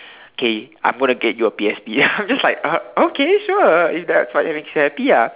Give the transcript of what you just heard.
K I'm gonna get you a P_S_P I'm just like uh okay sure if that's what makes you happy ah